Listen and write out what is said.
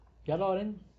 ya lor then